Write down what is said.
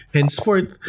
Henceforth